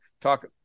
talk